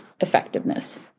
effectiveness